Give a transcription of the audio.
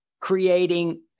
creating